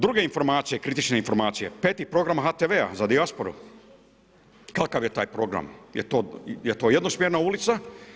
Druge informacije, kritične informacije, 5.ti program HTV-a za dijasporu, kakav je taj program, je li to jednosmjerna ulica?